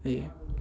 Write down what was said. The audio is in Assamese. এইয়ে